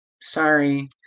sorry